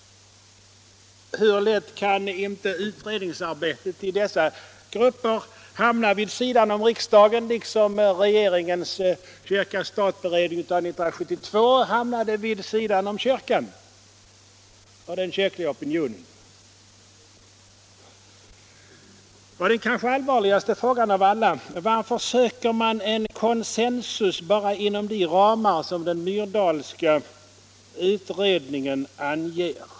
Hur lätt kan inte utredningsarbetet i dessa grupper hamna vid sidan av riksdagen liksom regeringens stat-kyrka-beredning av 1972 hamnade vid sidan av kyrkan och den kyrkliga opinionen. Och den kanske allvarligaste frågan av alla: Varför söker man en consensus bara inom de ramar som den Myrdalska utredningen anger?